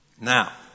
Now